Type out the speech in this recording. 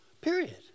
period